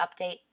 update